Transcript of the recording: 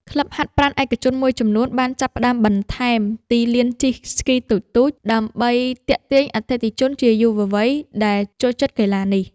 ក្លឹបហាត់ប្រាណឯកជនមួយចំនួន បានចាប់ផ្ដើមបន្ថែមទីលានជិះស្គីតូចៗ ដើម្បីទាក់ទាញអតិថិជនជាយុវវ័យដែលចូលចិត្តកីឡានេះ។